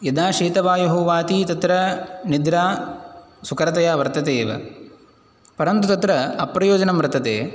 यदा शीतवायुः वाति तत्र निद्रा सुकरतया वर्तते एव परन्तु तत्र अप्रयोजनं वर्तते